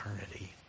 eternity